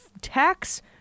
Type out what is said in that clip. tax